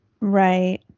Right